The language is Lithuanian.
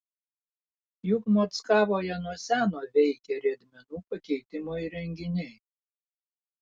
juk mockavoje nuo seno veikia riedmenų pakeitimo įrenginiai